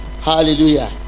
hallelujah